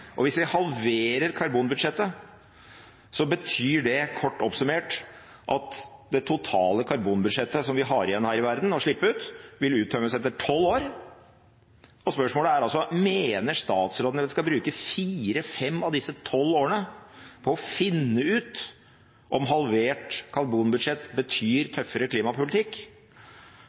2-gradersscenarioet. Hvis vi halverer karbonbudsjettet, betyr det kort oppsummert at det totale karbonbudsjettet som vi har igjen her i verden å slippe ut, vil uttømmes etter tolv år, og spørsmålet er altså: Mener statsråden at vi skal bruke fire–fem av disse tolv årene på å finne ut om halvert karbonbudsjett betyr tøffere klimapolitikk?